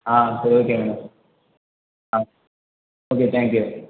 ஆ சரி ஓகேங்க ஆ ஓகே தேங்க் யூ